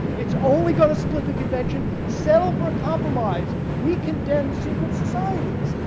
it's only going to split the convention, settle for a compromise we condemn secret societies,